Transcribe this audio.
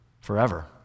forever